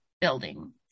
building